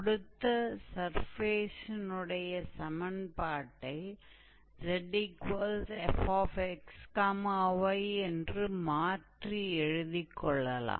கொடுத்த சர்ஃபேஸினுடைய சமன்பாட்டை 𝑧𝑓𝑥𝑦 என்று மாற்றி எழுதிக் கொள்ளலாம்